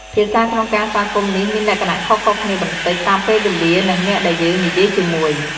ភាសាក្នុងការស្វាគមន៍នេះ មានលក្ខណៈខុសៗគ្នាបន្តិច តាមពេលវេលា និងអ្នកដែលយើងនិយាយជាមួយ។